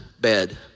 bed